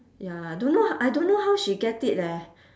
ya don't know I don't know how she get it leh